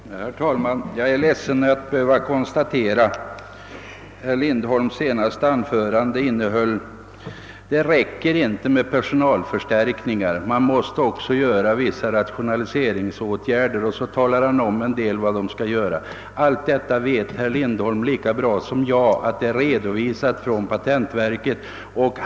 Herr talman! Jag är ledsen att behöva konstatera vad herr Lindholms senaste anförande ungefär innehöll: »Det räcker inte med personalförstärkningar. Man måste också vidta vissa rationaliseringsåtgärder.» Herr Lindholm nämnde också en del av vad som skulle göras. Han vet emellertid lika bra som jag att allt detta har redovisats av pateniverket.